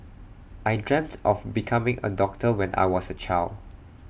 I dreamt of becoming A doctor when I was A child